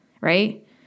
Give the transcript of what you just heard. Right